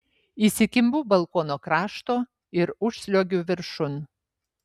įsikimbu balkono krašto ir užsliuogiu viršun